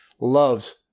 loves